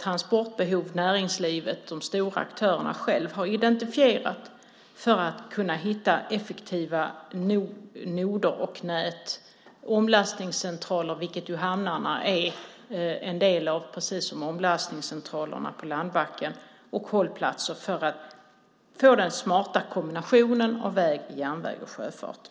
transportbehov som näringslivet, de stora aktörerna, själva har identifierat för att kunna hitta effektiva noder, nät, omlastningscentraler - vilket ju hamnarna är, precis som omlastningscentralerna på landbacken - och hållplatser för att få den smarta kombinationen av väg, järnväg och sjöfart.